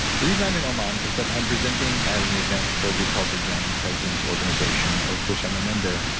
the reason i'm in oman is that i'm presenting at an event for a group called the young president's organization of which i'm a member,